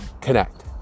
connect